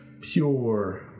pure